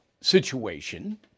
situation